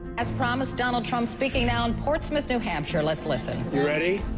as promised, donald trump speaking now in portsmouth, new hampshire let's listen. you ready?